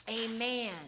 Amen